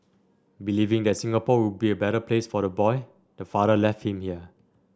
believing that Singapore would be a better place for the boy the father left him here